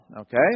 okay